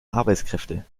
arbeitskräfte